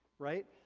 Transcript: right?